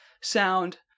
sound